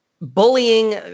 Bullying